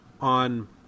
on